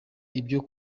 ibyo